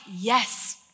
yes